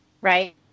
right